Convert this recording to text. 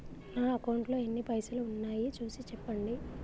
నా అకౌంట్లో ఎన్ని పైసలు ఉన్నాయి చూసి చెప్పండి?